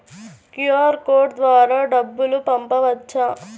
QR code ద్వారా డబ్బులు పంపవచ్చా?